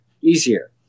easier